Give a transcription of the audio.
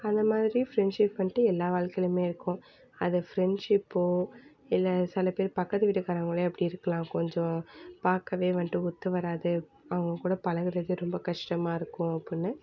அந்தமாதிரி ஃப்ரெண்ட்ஷிப் வந்துட்டு எல்லா வாழ்க்கையிலேயுமே இருக்கும் அது ஃப்ரெண்ட்ஷிப்போ இல்லை சில பேர் பக்கத்து வீட்டுக்காரங்களே அப்படி இருக்கலாம் கொஞ்சம் பார்க்கவே வந்துட்டு ஒத்து வராது அவங்க கூட பழகுகிறது ரொம்ப கஷ்டமாக இருக்கும் அப்புடின்னு